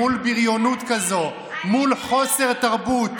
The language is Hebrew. מול בריונות כזאת, מול חוסר תרבות,